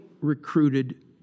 recruited